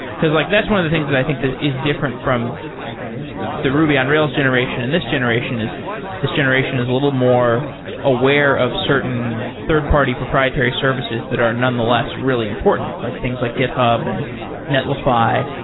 because like that's one of the things that i think that is different from the ruby on rails generation and this generation, is this generation is a little more aware of certain third-party proprietary services that are nonetheless really important, like things like github and netlify.